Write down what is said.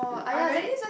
I very